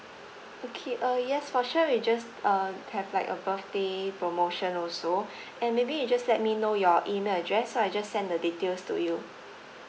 okay uh yes for sure we just uh have like a birthday promotion also and maybe you just let me know your email address so I just send the details to you